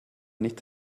nicht